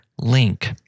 link